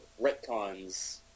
retcons